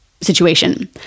situation